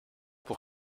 pour